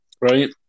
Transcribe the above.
right